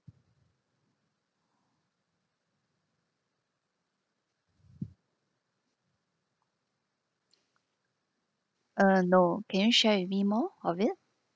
uh no can you share with me more of it